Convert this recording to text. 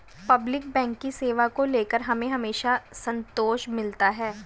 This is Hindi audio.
पब्लिक बैंक की सेवा को लेकर हमें हमेशा संतोष मिलता है